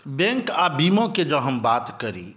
bank आ बीमाक जँ हम बात करी